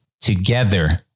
together